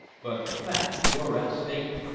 but the facts were as stated.